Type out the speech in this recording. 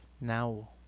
now